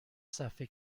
صفحه